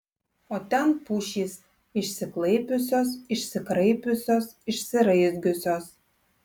o ten pušys išsiklaipiusios išsikraipiusios išsiraizgiusios